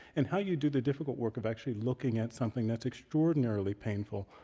and how you do the difficult work of actually looking at something that's extraordinarily painful,